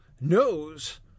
knows